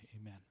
Amen